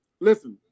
listen